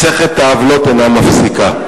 מסכת העוולות אינה נפסקת.